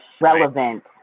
relevant